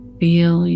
feel